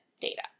data